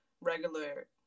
regular